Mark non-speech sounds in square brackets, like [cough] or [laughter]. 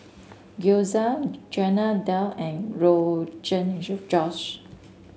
Gyoza Chana Dal and Rogan [unintelligible] Josh